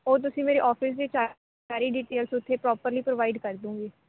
ਉਹ ਤੁਸੀਂ ਮੇਰੇ ਔਫ਼ਿਸ ਦੀ ਸਾਰੀ ਡੀਟੇਲਜ਼ ਉੱਥੇ ਪ੍ਰੋਪਰਲੀ ਪ੍ਰੋਵਾਇਡ ਕਰ ਦਵਾਂਗੀ